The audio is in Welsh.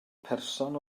person